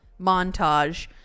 montage